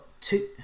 two